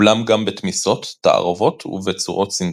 אולם גם בתמיסות, תערובות ובצורות סינתטיות.